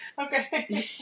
Okay